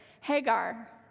Hagar